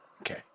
Okay